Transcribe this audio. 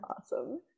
Awesome